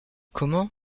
comment